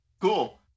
Cool